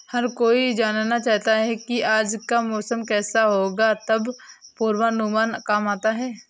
हर कोई जानना चाहता है की आज का मौसम केसा होगा तब पूर्वानुमान काम आता है